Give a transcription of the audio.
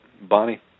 Bonnie